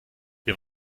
wir